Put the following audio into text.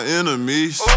enemies